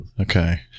Okay